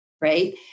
right